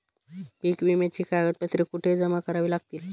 पीक विम्याची कागदपत्रे कुठे जमा करावी लागतील?